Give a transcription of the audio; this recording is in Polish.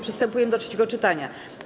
Przystępujemy do trzeciego czytania.